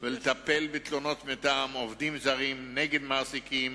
ולטפל בתלונות עובדים זרים נגד מעסיקים,